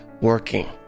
working